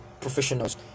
professionals